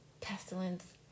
pestilence